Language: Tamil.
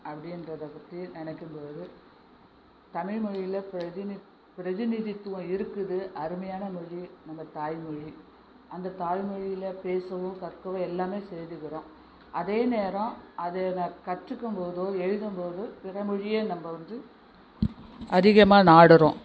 அப்படின்றத பற்றி நினைக்கும்பொழுது தமிழ்மொழியில் பிரதிநித் பிரதிநிதித்துவம் இருக்குது அருமையான மொழி நம்ம தாய்மொழி அந்த தாய்மொழியில் பேசவோ கற்கவோ எல்லாமே செய்துக்கறோம் அதே நேரம் அதை நான் கற்றுக்கும்போதோ எழுதும்போதோ பிறமொழியை நம்ம வந்து அதிகமாக நாடுகிறோம்